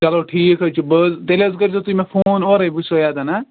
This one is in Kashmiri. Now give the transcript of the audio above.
چلو ٹھیٖک حظ چھُ بہٕ حظ تیٚلہِ حَظ کٔرۍزیو تُہۍ مےٚ فون اورَے بہٕ چھُسو ییٚتٮ۪ن ہَہ